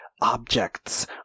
objects